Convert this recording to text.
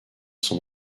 son